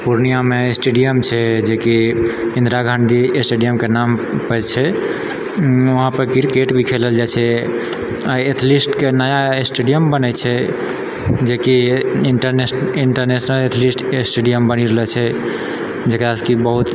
पुर्णियामे स्टेडियम छै जेकि इन्दिरा गाँधी स्टेडियमके नाम पर छै वहाँपर क्रिकेट भी खेलल जाइ छै आओर एथलीटीके नया स्टेडियम बनै छै जेकि इण्टरनेशनल एथलीट स्टेडियम बनी रहल छै जकरासँ कि बहुत